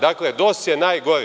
Dakle, DOS je najgori.